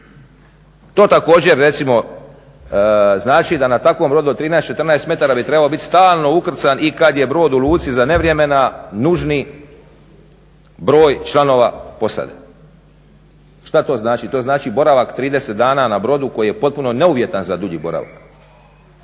To također znači da na takvom brodu od 13, 14 metara bi trebao biti stalno ukrcan i kad je brod u luci za nevremena nužni broj članova posade. Što to znači? To znači boravak 30 dana na brodu koji je potpuno neuvjetan za dulji boravak,